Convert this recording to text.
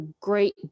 great